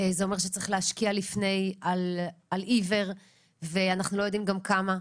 זה אומר שצריך להשקיע לפני על עיוור ואנחנו לא יודעים גם כמה.